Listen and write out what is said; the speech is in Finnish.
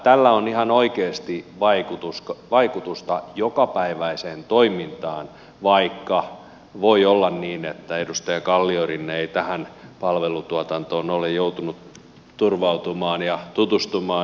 tällä on ihan oikeesti vaikutusta jokapäiväiseen toimintaan vaikka voi olla niin että edustaja kalliorinne ei tähän palvelutuotantoon ole joutunut turvautumaan ja tutustumaan